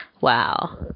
Wow